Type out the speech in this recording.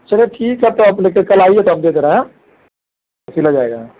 चलिए ठीक हैं तो आप लेकर कल आइए तो हम दे दे रहे हैं हँ